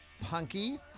punky